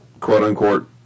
quote-unquote